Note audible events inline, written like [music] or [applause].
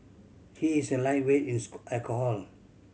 he is a lightweight in [unintelligible] alcohol